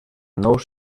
nous